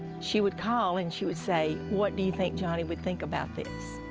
she would call and she would say, what do you think johnny would think about this?